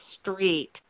street